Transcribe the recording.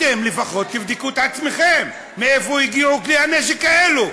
לפחות תבדקו את עצמכם: מאיפה הגיעו כלי הנשק האלה?